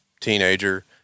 teenager